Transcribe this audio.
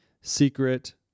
secret